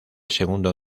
segundo